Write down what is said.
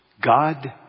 God